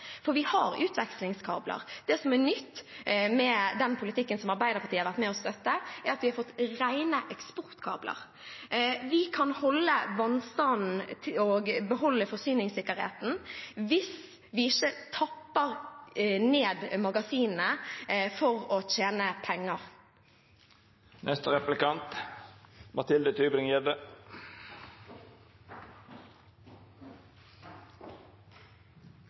for vi har utvekslingskabler. Det som er nytt med den politikken som Arbeiderpartiet har vært med og støttet, er at vi har fått rene eksportkabler. Vi kan holde vannstanden og beholde forsyningssikkerheten hvis vi ikke tapper ned magasinene for å tjene